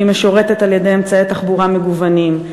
שהיא משורתת על-ידי אמצעי תחבורה מגוונים,